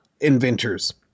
inventors